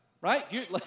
right